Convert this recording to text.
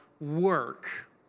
work